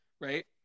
right